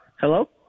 Hello